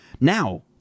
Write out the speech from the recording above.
Now